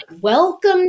welcome